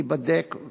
וייבדקו